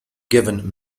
given